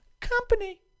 Company